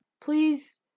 Please